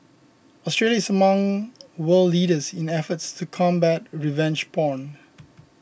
Australia is among world leaders in efforts to combat revenge porn